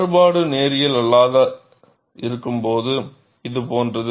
மாறுபாடு நேரியல் அல்லாததாக இருக்கும்போது இது போன்றது